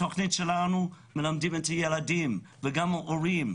בתכנית שלנו מלמדים את הילדים וגם את ההורים